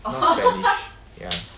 more spanish ya